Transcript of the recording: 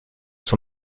son